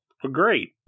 Great